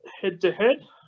head-to-head